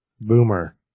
Boomer